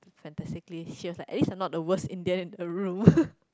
fantastically he was like at least I'm not the worst Indian in the room